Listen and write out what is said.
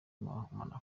monaco